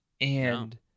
And-